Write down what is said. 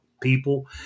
people